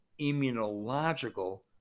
immunological